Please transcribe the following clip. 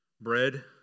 bread